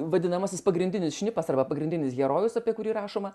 vadinamasis pagrindinis šnipas arba pagrindinis herojus apie kurį rašoma